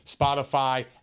Spotify